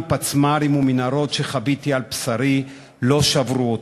פצמ"רים ומנהרות שחוויתי על בשרי לא שברו אותי,